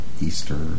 Easter